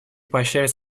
поощрять